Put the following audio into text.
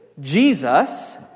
Jesus